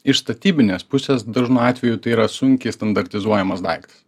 iš statybinės pusės dažnu atveju tai yra sunkiai standartizuojamas daiktas